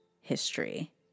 history